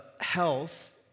health